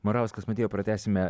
morauskas motiejau pratęsime